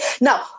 Now